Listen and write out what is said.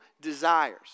desires